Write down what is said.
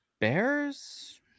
Bears